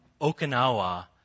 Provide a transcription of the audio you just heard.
Okinawa